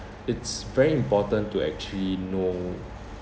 it's very important to actually know